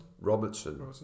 Robertson